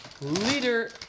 leader